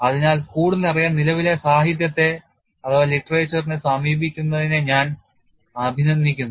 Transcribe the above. അതിനാൽ കൂടുതലറിയാൻ നിലവിലെ സാഹിത്യത്തെ സമീപിക്കുന്നതതിനെ ഞാൻ അഭിനന്ദിക്കുന്നു